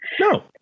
No